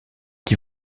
qui